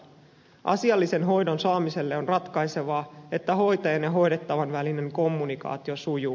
asiallisen hoidon saamiselle on ratkaisevaa että hoitajan ja hoidettavan välinen kommunikaatio sujuu